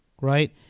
right